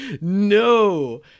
No